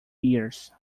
years